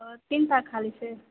ओ तीनटा खाली छै